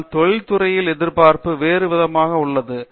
ஆனால் தொழில் துறையில் எதிர்பார்ப்பு வேறு விதமாக உள்ளது